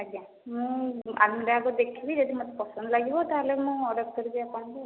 ଆଜ୍ଞା ମୁଁ ଆଲମିରାଟି ଦେଖିବି ଯଦି ମୋତେ ପସନ୍ଦ ଲାଗିବ ତାହେଲେ ମୁଁ ଅର୍ଡ଼ର୍ କରିବି ଆପଣଙ୍କୁ